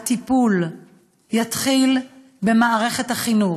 הטיפול יתחיל במערכת החינוך.